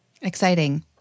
Exciting